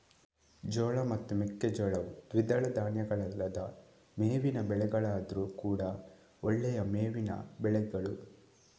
ಜೋಳ ಮತ್ತು ಮೆಕ್ಕೆಜೋಳವು ದ್ವಿದಳ ಧಾನ್ಯಗಳಲ್ಲದ ಮೇವಿನ ಬೆಳೆಗಳಾದ್ರೂ ಕೂಡಾ ಒಳ್ಳೆಯ ಮೇವಿನ ಬೆಳೆಗಳು